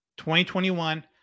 2021